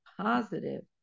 positive